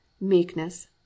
meekness